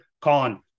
Colin